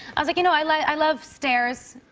i was like, you know, i like i love stairs.